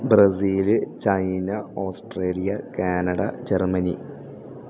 Brazil China Australia Canada Germany